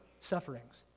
sufferings